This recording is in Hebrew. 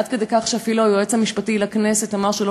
עד כדי כך שאפילו היועץ המשפטי לכנסת אמר שלא